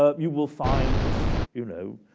ah you will find, you know,